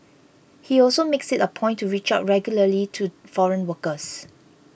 he also makes it a point to reach out regularly to foreign workers